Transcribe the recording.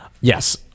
Yes